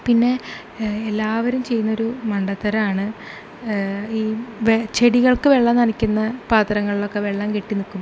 പിന്നെ എല്ലാവരും ചെയ്യുന്ന ഒരു മണ്ടത്തരമാണ് ഈ ചെടികൾക്ക് വെള്ളം നനക്കുന്ന പാത്രങ്ങളിലൊക്കെ വെള്ളം കെട്ടി നിൽക്കും